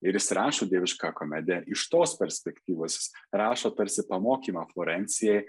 ir jis rašo dieviškąją komediją iš tos perspektyvos jis rašo tarsi pamokymą florencijai